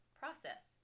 process